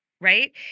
Right